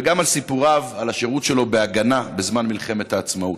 וגם מסיפוריו על השירות שלו בהגנה בזמן מלחמת העצמאות.